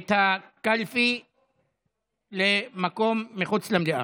את הקלפי למקום מחוץ למליאה.